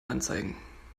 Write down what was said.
anzeigen